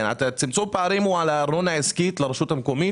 צמצום פערים הוא על ארנונה עסקית לרשות המקומית,